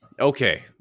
Okay